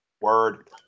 Word